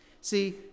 See